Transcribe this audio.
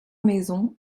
maisons